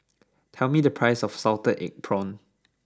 tell me the price of Salted Egg Prawns